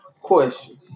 Question